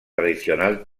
tradicional